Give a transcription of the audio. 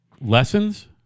lessons